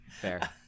fair